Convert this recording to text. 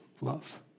love